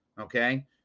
Okay